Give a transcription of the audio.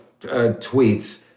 tweets